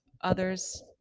others